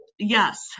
yes